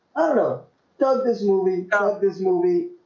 i don't know does this movie out this movie?